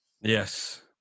Yes